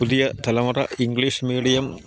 പുതിയ തലമുറ English medium